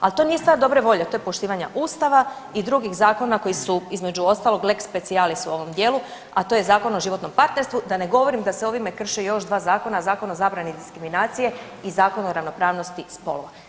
Ali to nije stvar dobre volje, to je poštivanja Ustava i drugih zakona koji su između ostalog lex specialis u ovom dijelu, a to je Zakon o životnom partnerstvu da ne govorim da se ovime krše još dva zakona, Zakon o zabrani diskriminacije i Zakon o ravnopravnosti spolova.